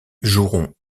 joueront